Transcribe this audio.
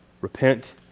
repent